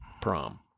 prom